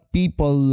people